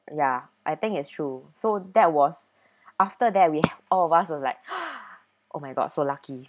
ya I think it's true so that was after that we all of us are like oh my god so lucky